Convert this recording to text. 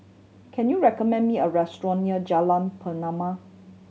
can you recommend me a restaurant near Jalan Pernama